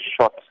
shot